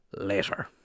later